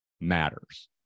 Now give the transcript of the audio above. matters